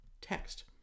text